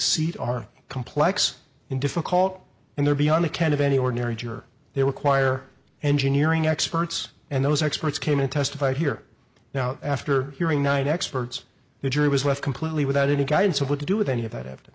seat are complex and difficult and they're beyond the ken of any ordinary they require engineering experts and those experts came and testify here now after hearing nine experts the jury was left completely without any guidance of what to do with any of that